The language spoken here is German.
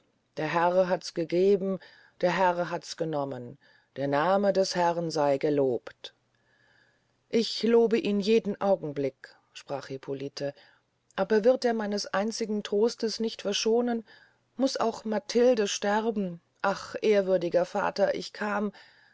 der herr hats gegeben der herr hats genommen der nahme des herrn sey gelobt ich lobe ihn jeden augenblick sprach hippolite aber wird er meines einziges trostes nicht verschonen muß auch matilde sterben ach ehrwürdiger vater ich kam